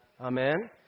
Amen